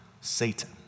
Satan